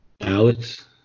Alex